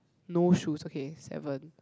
no shoes okay seven